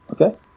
okay